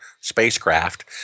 spacecraft